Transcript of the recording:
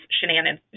shenanigans